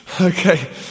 Okay